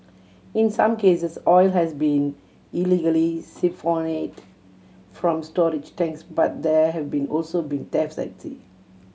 in some cases oil has been illegally siphoned from storage tanks but there have been also been thefts at sea